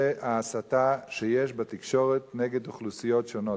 ההסתה שיש בתקשורת נגד אוכלוסיות שונות.